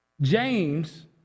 James